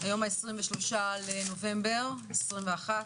היום ה-23.11.21,